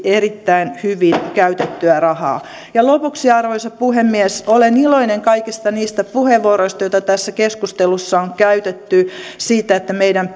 erittäin hyvin käytettyä rahaa ja lopuksi arvoisa puhemies olen iloinen kaikista niistä puheenvuoroista joita tässä keskustelussa on käytetty siitä että meidän